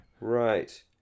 Right